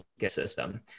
ecosystem